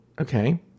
Okay